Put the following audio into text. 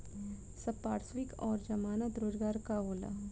संपार्श्विक और जमानत रोजगार का होला?